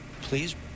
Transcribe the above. please